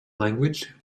language